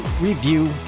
review